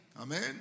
Amen